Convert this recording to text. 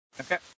Okay